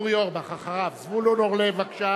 אורי אורבך, מצביע זבולון אורלב, מצביע